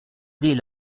des